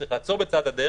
שהוא צריך לעצור בצד הדרך,